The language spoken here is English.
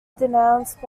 denounced